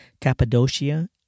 Cappadocia